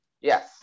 yes